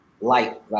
light